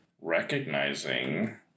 recognizing